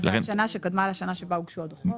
אז השנה שקדמה לשנה שבה הוגשו הדוחות?